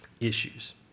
issues